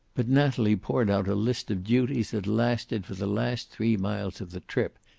but natalie poured out a list of duties that lasted for the last three miles of the trip,